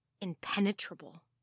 impenetrable